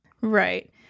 Right